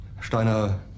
Steiner